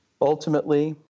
ultimately